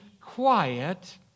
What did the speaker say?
quiet